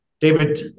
David